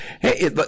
hey